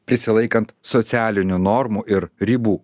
prisilaikant socialinių normų ir ribų